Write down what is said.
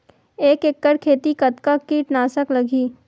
एक एकड़ खेती कतका किट नाशक लगही?